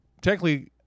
technically